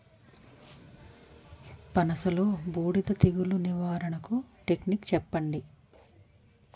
పనస లో బూడిద తెగులు నివారణకు టెక్నిక్స్ చెప్పండి?